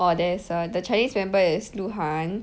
orh they is a the chinese member is luhan